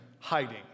hiding